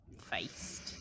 faced